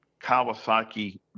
Kawasaki